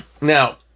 Now